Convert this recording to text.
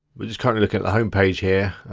we'll just come and look at the homepage here.